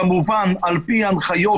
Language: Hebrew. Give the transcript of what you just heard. כמובן על פי הנחיות,